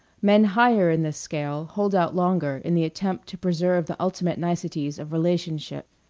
men higher in the scale hold out longer in the attempt to preserve the ultimate niceties of relationship,